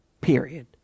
period